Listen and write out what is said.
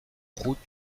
route